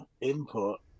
input